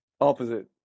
Opposite